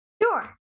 Sure